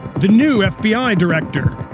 the new fbi director.